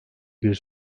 bir